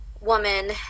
woman